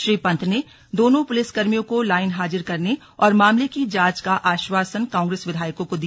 श्री पंत ने दोनों पुलिसकर्मियों को लाइन हाजिर करने और मामले की जांच का आश्वासन कांग्रेस विधायकों को दिया